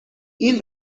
این